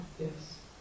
Yes